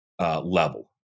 Level